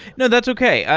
you know that's okay.